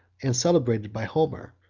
and celebrated by homer,